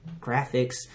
graphics